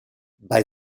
bei